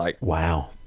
Wow